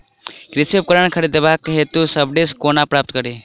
कृषि उपकरण खरीदबाक हेतु सब्सिडी कोना प्राप्त कड़ी?